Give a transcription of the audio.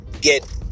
get